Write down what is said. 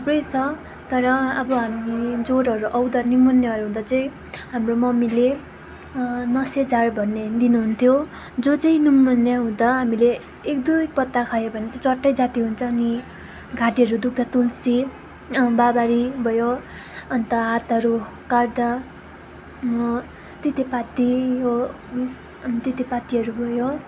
थुप्रै छ तर अब हामी ज्वरोहरू आउँदा न्युमोनियाहरू हुँदा चाहिँ हाम्रो मम्मीले नशेझार भन्ने दिनुहुन्थ्यो जो चाहिँ न्युमोनिया हुँदा हामीले एक दुई पत्ता खायो भने चाहिँ चट्टै जाती हुन्छ अनि घाटीहरू दुख्दा तुलसी बाबरी भयो अन्त हातहरू काट्दा तितेपाती यो उस तितेपातीहरू भयो